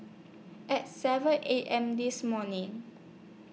At seven A M This morning